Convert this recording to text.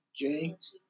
James